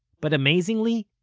but amazingly,